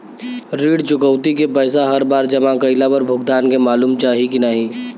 ऋण चुकौती के पैसा हर बार जमा कईला पर भुगतान के मालूम चाही की ना?